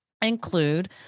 include